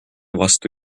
vastu